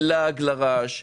זה לעג לרש,